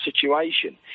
situation